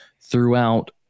throughout